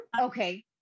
Okay